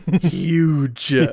huge